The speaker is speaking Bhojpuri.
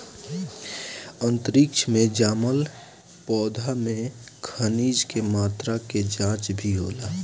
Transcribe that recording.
अंतरिक्ष में जामल पौधा में खनिज के मात्रा के जाँच भी होला